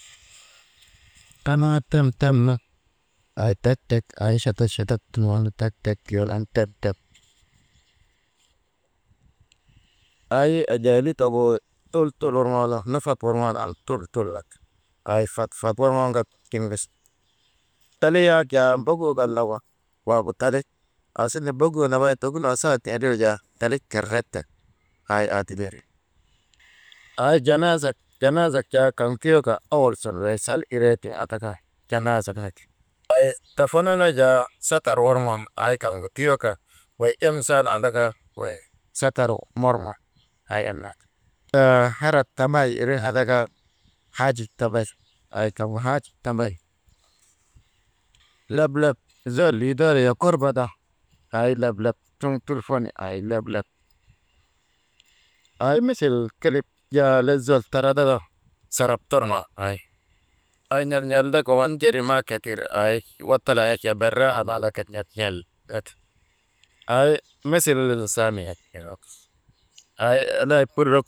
Kanaa tem tem nu ay tek tek ay chatat chatat tuŋoonu tek tek tuyoonu an tep tep, ay enjee lutogu tul worŋoonu nafat worŋoo nu an tol ay fat fat worŋoonu ka tiŋ bes ti, dalik yak jaa mbokuu kan nagu, waagu dalik aa suŋ mbokuu nambay dokunoo saakit kan indriigu jaa dalik kerredak aa ti miri, aa janaazak janaazak jaa kaŋ tuyoka owol sun wey sal iree tiŋ andaka janaazak nu ti, dofono nu jaa satar worŋoka ay kaŋgu tuyoka wey imsan andak wey satar morŋo aa irnu, «hesitation» harat tambay irnu andaka haajik tambay aa kaŋgu haajik tambay loblob zol yidoora yakurba da aa lablab suŋ turfoni, aa lablab, aa misil kelip jaa le zol tarada da sarap torŋo ay, ay n̰al, n̰al da kaman jari maa katir watalaa yak jaa baraaha nu an n̰al, n̰al nu ti, «hesitation»